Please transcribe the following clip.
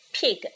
Pig